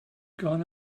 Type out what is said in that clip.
gone